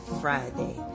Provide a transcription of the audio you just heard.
Friday